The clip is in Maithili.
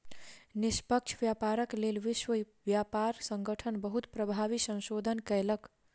निष्पक्ष व्यापारक लेल विश्व व्यापार संगठन बहुत प्रभावी संशोधन कयलक